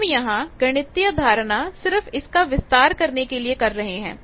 हम यहां गणितीय धारणा सिर्फ इसका विस्तार करने के लिए कर रहे हैं